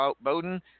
Bowden